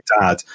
dad